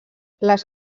les